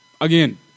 again